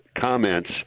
comments